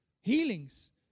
healings